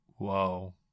Whoa